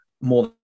more